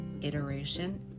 iteration